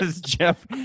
Jeff